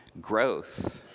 Growth